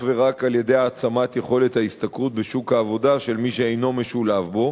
ורק על-ידי העצמת יכולת ההשתכרות בשוק העבודה של מי שאינו משולב בו.